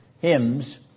hymns